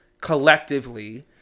collectively